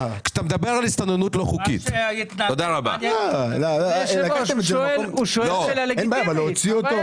אדוני היושב-ראש, הוא שואל שאלה לגיטימית.